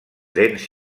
dens